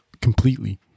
completely